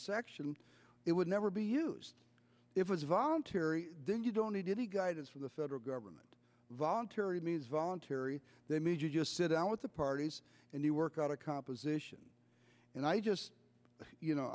section it would never be used if it's voluntary then you don't need any guidance from the federal government voluntary means voluntary they may just sit down with the parties and you work out a composition and i just you know